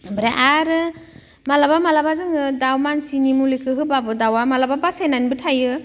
ओमफ्राय आरो माब्लाबा माब्लाबा जोङो दा मानसिनि मुलिखौ होबाबो दाउवा माब्लाबा बासायनानैबो थायो